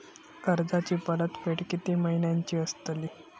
कर्जाची परतफेड कीती महिन्याची असतली?